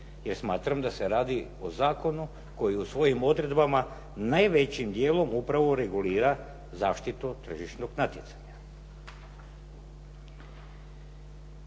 jer smatram da se radi o zakonu koji u svojim odredbama najvećim dijelom upravo regulira zaštitu od tržišnog natjecanja.